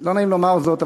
לא נעים לומר זאת,